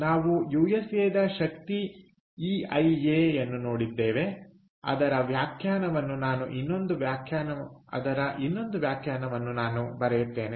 ನಾವು ಯುಎಸ್ಎದ ಶಕ್ತಿ ಇಐಎಯನ್ನು ನೋಡಿದ್ದೇವೆ ಅದರ ವ್ಯಾಖ್ಯಾನವನ್ನು ನಾನು ಇನ್ನೊಂದು ವ್ಯಾಖ್ಯಾನವನ್ನು ಬರೆಯುತ್ತೇನೆ